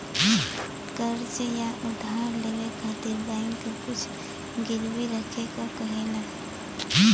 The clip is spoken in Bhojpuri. कर्ज़ या उधार लेवे खातिर बैंक कुछ गिरवी रखे क कहेला